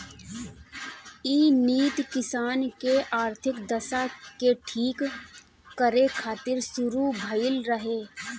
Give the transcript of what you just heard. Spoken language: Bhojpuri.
इ नीति किसान के आर्थिक दशा के ठीक करे खातिर शुरू भइल रहे